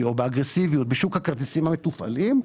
או באגרסיביות בשוק הכרטיסים המתופעלים,